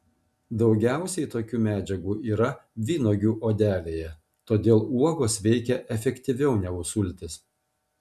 daugiausiai tokių medžiagų yra vynuogių odelėje todėl uogos veikia efektyviau negu sultys